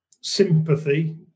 sympathy